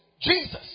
Jesus